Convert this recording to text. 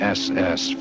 ss